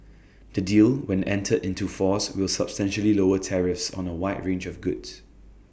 the deal when entered into force will substantially lower tariffs on A wide range of goods